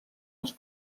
els